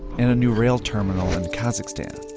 and a new rail terminal in kazakhstan.